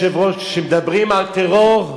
אדוני היושב-ראש, כשמדברים על טרור,